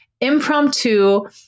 impromptu